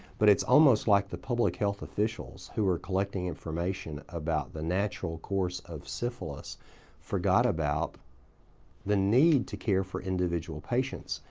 but it's like the public health officials who are collecting information about the natural course of syphilis forgot about the need to care for individual patients.